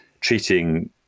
treating